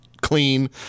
clean